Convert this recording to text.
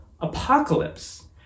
apocalypse